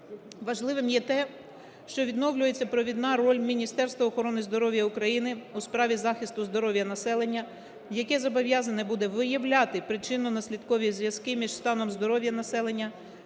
Важливим є те, що відновлюється провідна роль Міністерства охорони здоров'я України у справі захисту здоров'я населення, яке зобов'язане буде виявляти причинно-наслідкові зв'язки між станом здоров'я населення